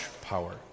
power